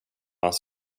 hans